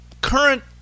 current